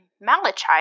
Malachite